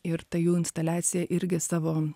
ir ta jų instaliacija irgi savo